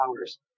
hours